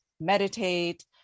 meditate